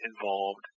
involved